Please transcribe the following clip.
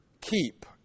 keep